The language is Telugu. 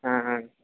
ఆహ